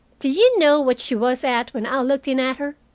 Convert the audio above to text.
do you know what she was at when i looked in at her?